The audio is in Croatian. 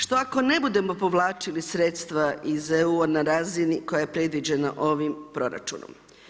Što ako ne budemo povlačili sredstava iz EU na razini koja je predviđena ovim proračunom.